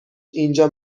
اینجا